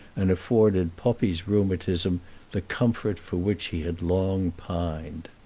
and afforded poppi's rheumatism the comfort for which he had longed pined.